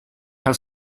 had